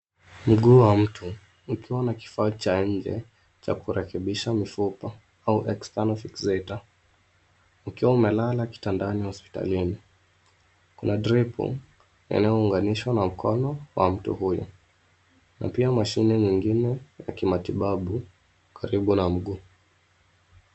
Mguu wa mtu ukiwa na kifaa cha nje cha kurekebisha mifupa au external fixator ukiwa umelala kitandani hospitalini. Kuna dripu inayounganishwa na mkono wa mtu huyu na pia mashine mengine ya kimatibabu karibu na mguu.